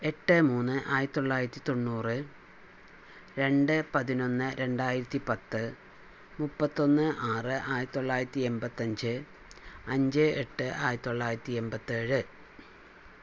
എട്ട് മൂന്ന് ആയിരത്തി തൊള്ളായിരത്തി തൊണ്ണൂറ് രണ്ട് പതിനൊന്ന് രണ്ടായിരത്തി പത്ത് മുപ്പത്തൊന്ന് ആറ് ആയിരത്തി തൊള്ളായിരത്തിഎൺപത്തഞ്ച് അഞ്ച് എട്ട് ആയിരത്തി തൊള്ളായിരത്തി എൺപത്തേഴ്